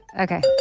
Okay